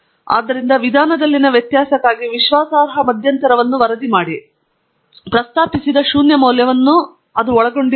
ಆದ್ದರಿಂದ ವಿಧಾನದಲ್ಲಿನ ವ್ಯತ್ಯಾಸಕ್ಕಾಗಿ ವಿಶ್ವಾಸಾರ್ಹ ಮಧ್ಯಂತರವನ್ನು ಇಲ್ಲಿ ವರದಿ ಮಾಡಲಾಗಿದೆ ಮತ್ತು ಇದು ಪ್ರಸ್ತಾಪಿಸಿದ 0 ಮೌಲ್ಯವನ್ನು ಒಳಗೊಂಡಿರುವುದಿಲ್ಲ